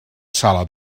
sala